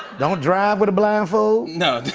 don't drive with a blindfold. no.